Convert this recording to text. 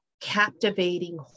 captivating